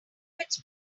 its